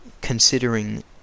considering